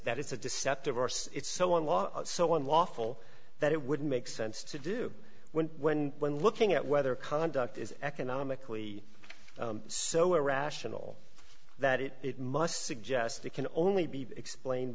that it's a deceptive arse it's so on law so unlawful that it would make sense to do when when when looking at whether conduct is economically so irrational that it it must suggest it can only be explained